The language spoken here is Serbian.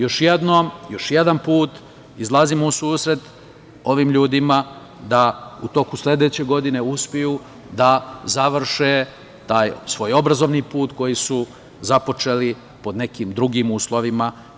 Još jednom, još jedan put izlazimo u susret ovim ljudima da u toku sledeće godine uspeju da završe taj svoj obrazovni put koji su započeli pod nekim drugim uslovima.